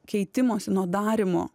keitimosi nuo darymo